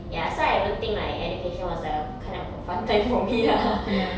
ya so I don't think my education was a kind of a fun time for me lah